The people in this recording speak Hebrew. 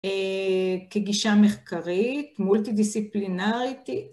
כגישה מחקרית, מולטי-דיסציפלינריטית.